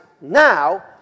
now